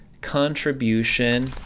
contribution